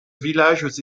villages